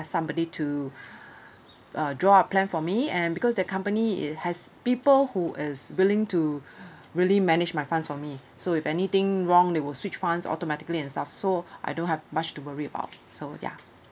somebody to uh draw a plan for me and because the company it has people who is willing to really manage my funds for me so if anything wrong they will switch funds automatically and stuff so I don't have much to worry about so ya